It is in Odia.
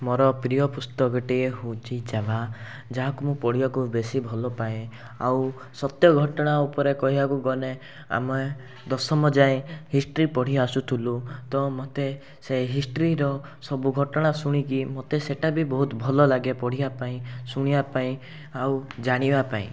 ମୋର ପ୍ରିୟ ପୁସ୍ତକଟିଏ ହେଉଛି ଯାହା ଯାହାକୁ ମୁଁ ପଢ଼ିବାକୁ ବେଶୀ ଭଲପାଏ ଆଉ ସତ୍ୟ ଘଟଣା ଉପରେ କହିବାକୁ ଗଲେ ଆମେ ଦଶମ ଯାଏଁ ହିଷ୍ଟ୍ରୀ ପଢ଼ି ଆସୁଥିଲୁ ତ ମୋତେ ସେ ହିଷ୍ଟ୍ରୀର ସବୁ ଘଟଣା ଶୁଣିକି ମୋତେ ସେଇଟା ବି ବହୁତ ଭଲଲାଗେ ପଢ଼ିବାପାଇଁ ଶୁଣିବାପାଇଁ ଆଉ ଜାଣିବାପାଇଁ